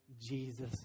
Jesus